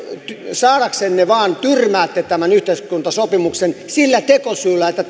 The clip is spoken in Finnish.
saadaksenne vain tyrmäätte tämän yhteiskuntasopimuksen sillä tekosyyllä että